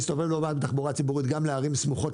משתמש בתחבורה הציבורית גם לערים סמוכות,